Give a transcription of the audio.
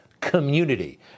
community